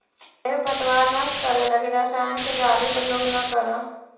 खेर पतवार नष्ट करे लगी रसायन के जादे प्रयोग न करऽ